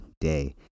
day